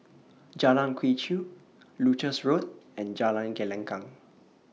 Jalan Quee Chew Leuchars Road and Jalan Gelenggang